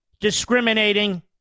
discriminating